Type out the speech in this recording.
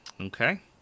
Okay